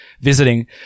visiting